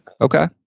Okay